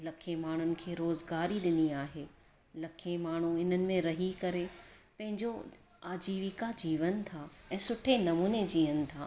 लखे माण्हुनि खे रोज़गारी ॾिनी आहे लखे माण्हू हिननि में रही करे पंहिंजो आजिविका जीवन था ऐं सुठे नमूने जीअनि था